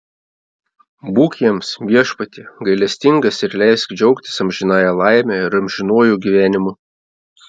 būk jiems viešpatie gailestingas ir leisk džiaugtis amžinąja laime ir amžinuoju gyvenimu